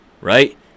Right